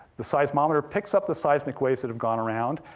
the seismometer picks up the seismic waves that have gone around,